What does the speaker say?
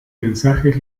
mensajes